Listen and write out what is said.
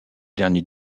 dernier